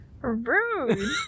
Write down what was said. Rude